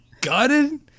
gutted